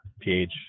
pH